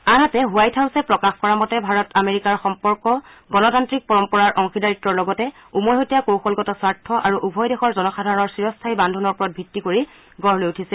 আনহাতে হোৱাইট হাউছে প্ৰকাশ কৰা মতে ভাৰত আমেৰিকাৰ সম্পৰ্ক গণতান্ত্ৰিক পৰম্পৰাৰ অংশিদাৰীত্বৰ লগতে উমৈহতীয়া কৌশলগত স্বাৰ্থ আৰু উভয় দেশৰ জনসাধাৰণৰ চিৰস্থায়ী বান্ধোনৰ ওপৰত ভিত্তি কৰি গঢ় লৈ উঠিছে